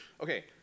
Okay